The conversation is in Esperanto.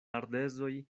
ardezoj